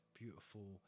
beautiful